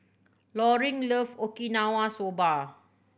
Loring love Okinawa Soba